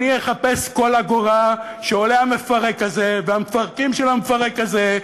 אחפש כל אגורה שעולה המפרק הזה והמפרקים של המפרק הזה,